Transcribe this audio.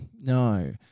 no